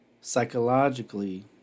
psychologically